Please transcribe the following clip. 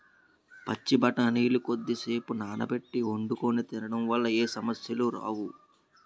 పచ్చి బఠానీలు కొద్దిసేపు నానబెట్టి వండుకొని తినడం వల్ల ఏ సమస్యలు రావు